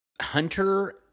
Hunter